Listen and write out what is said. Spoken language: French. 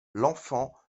l’enfant